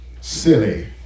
Silly